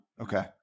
Okay